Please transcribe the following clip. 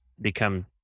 become